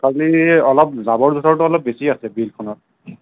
খালী অলপ জাবৰ জোথৰটো অলপ বেছি আছে বিলখনত